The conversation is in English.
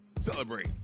celebrate